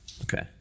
Okay